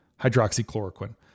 hydroxychloroquine